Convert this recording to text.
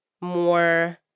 more